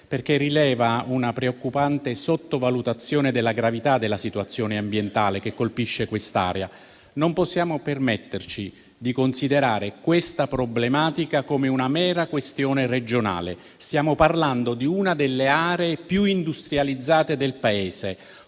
perché rileva una preoccupante sottovalutazione della gravità della situazione ambientale che colpisce quest'area. Non possiamo permetterci di considerare questa problematica come una mera questione regionale. Stiamo parlando di una delle aree più industrializzate del Paese,